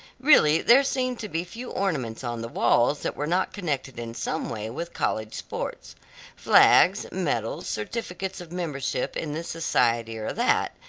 really there seemed to be few ornaments on the walls that were not connected in some way with college sports flags, medals, certificates of membership in this society or that,